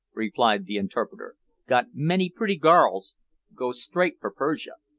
replied the interpreter got many pritty garls go straight for persia.